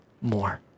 more